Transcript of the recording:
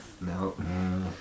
no